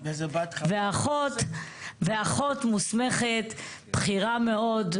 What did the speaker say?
ואחות מוסמכת בכירה מאוד,